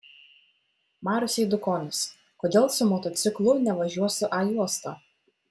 marius eidukonis kodėl su motociklu nevažiuosiu a juosta